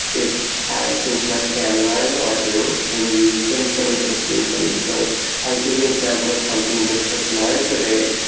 it has things like camera and and audio and you use them for interesting things. so i'll give an example of something that's deployed today.